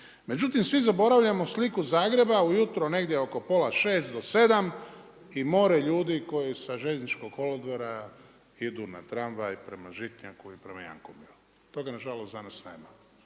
Međutim, svi zaboravljamo sliku Zagreba, ujutro negdje oko pola 6 do 7 i mora ljudi koji sa željezničkog kolodvora idu na tramvaj prema Žitnjaku i prema Jankomiru. Toga nažalost danas nema.